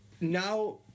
Now